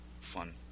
fun